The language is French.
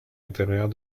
intérieure